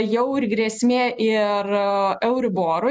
jau ir grėsmė ir euriborui